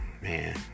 man